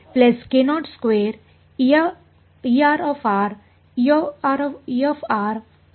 ಆದ್ದರಿಂದ